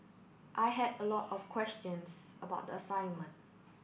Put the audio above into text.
I had a lot of questions about the assignment